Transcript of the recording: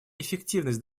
эффективность